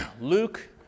Luke